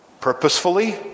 purposefully